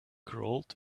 crawled